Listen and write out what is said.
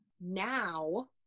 Now